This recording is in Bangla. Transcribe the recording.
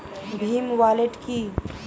ভীম ওয়ালেট কি?